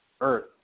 Earth